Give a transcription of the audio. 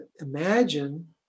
imagine